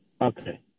Okay